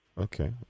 okay